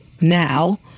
now